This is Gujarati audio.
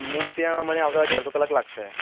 હું ત્યાં મને આવતા હજી અડધો કલાક લાગશે